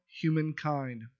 humankind